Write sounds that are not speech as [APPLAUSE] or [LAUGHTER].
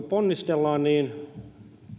[UNINTELLIGIBLE] ponnistellaan niin